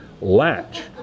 Latch